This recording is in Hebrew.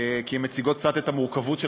כי הן מציגות קצת את המורכבות של